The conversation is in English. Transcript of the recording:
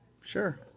Sure